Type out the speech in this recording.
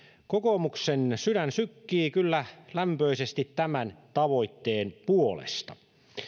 kokoomuksen sydän sykkii kyllä lämpöisesti tämän tavoitteen puolesta